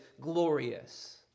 glorious